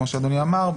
כמו שאדוני אמר,